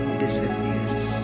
disappears